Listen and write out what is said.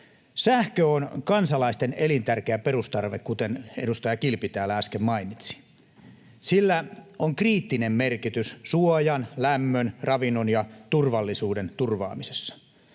Sähkö on kansalaisten elintärkeä perustarve, kuten edustaja Kilpi täällä äsken mainitsi. Sillä on kriittinen merkitys suojan, lämmön, ravinnon ja turvallisuuden turvaamisessa.